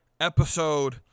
episode